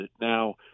now